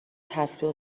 تسبیح